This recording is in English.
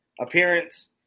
appearance